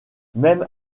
même